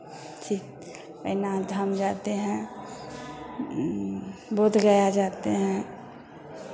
फिर वैद्यनाथ धाम जाते हैं बोधगया जाते हैं